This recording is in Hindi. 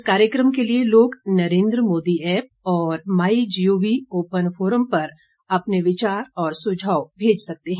इस कार्यक्रम के लिए लोग नरेन्द्र मोदी ऐप और माईजीओवी ओपन फोरम पर अपने विचार और सुझाव मेज सकते हैं